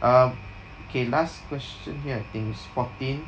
uh K last question here I think is fourteen